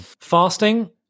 Fasting